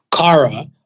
Kara